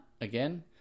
again